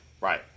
right